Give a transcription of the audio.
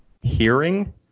Hearing